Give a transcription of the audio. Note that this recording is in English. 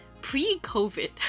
pre-COVID